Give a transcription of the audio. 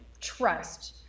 trust